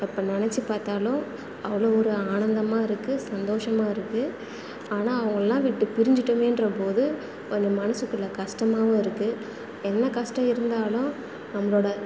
இப்போ நினச்சி பார்த்தாலும் அவ்வளோ ஒரு ஆனந்தமாக இருக்குது சந்தோஷமாக இருக்குது ஆனால் அவங்களலாம் விட்டு பிரிஞ்சிட்டோமேன்ற போது கொஞ்சம் மனசுக்குள்ள கஷ்டமாகவும் இருக்குது என்ன கஷ்டம் இருந்தாலும் நம்மளோட